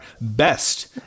best